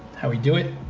how we do it.